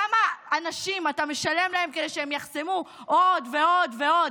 לכמה אנשים אתה משלם כדי שהם יחסמו עוד ועוד ועוד?